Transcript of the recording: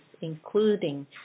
including